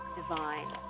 divine